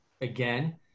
again